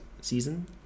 season